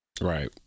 right